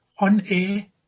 onair